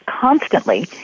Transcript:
constantly